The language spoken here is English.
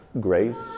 grace